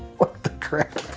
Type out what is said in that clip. what the crap.